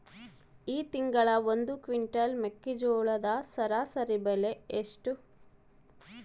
ಈ ತಿಂಗಳ ಒಂದು ಕ್ವಿಂಟಾಲ್ ಮೆಕ್ಕೆಜೋಳದ ಸರಾಸರಿ ಬೆಲೆ ಎಷ್ಟು?